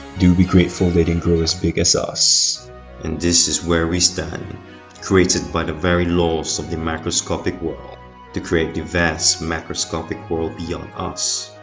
do be grateful they didn't grow as big as us and this is where we stand created by the very laws of the microscopic world to create the vast macroscopic world beyond us